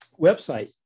website